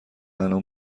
انعام